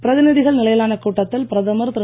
பிரதிநிதிகள் நிலையிலான கூட்டத்தில் பிரதமர் திரு